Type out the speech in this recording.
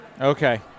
Okay